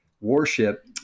warship